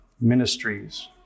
ministries